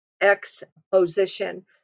exposition